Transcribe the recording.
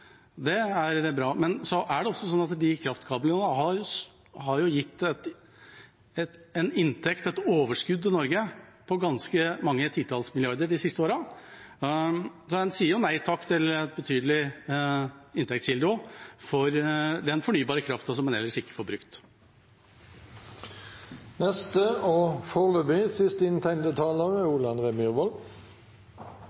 Det er bra. Men det er også slik at de kraftkablene har gitt en inntekt, et overskudd, til Norge på ganske mange titalls milliarder de siste årene. En sier jo nei takk til en betydelig inntektskilde av den fornybare kraften som en ellers ikke får brukt.